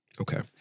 Okay